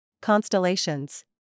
Constellations